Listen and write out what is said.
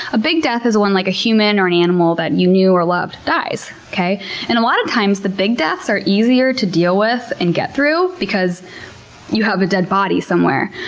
a big death is one like a human or an animal that you knew or loved dies. and a lot of times the big deaths are easier to deal with and get through because you have a dead body somewhere.